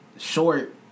short